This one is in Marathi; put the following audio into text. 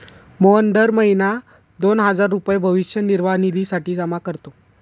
मोहन दर महीना दोन हजार रुपये भविष्य निर्वाह निधीसाठी जमा करतो